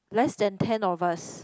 less than ten of us